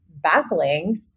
backlinks